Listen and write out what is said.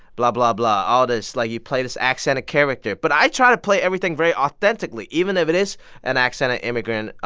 blah, blah, blah all this, like, you play this accented character. but i try to play everything very authentically. even if it is an accented immigrant,